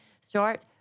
start